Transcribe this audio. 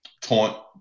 taunt